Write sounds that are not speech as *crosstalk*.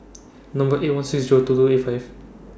*noise* Number eight one six Zero two two eight five